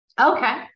Okay